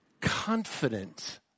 confident